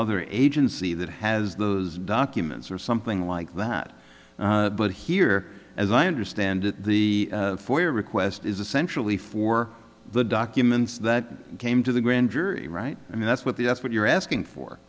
other agency that has those documents or something like that but here as i understand it the for your request is essentially for the documents that came to the grand jury right and that's what the that's what you're asking for